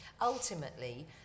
ultimately